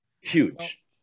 Huge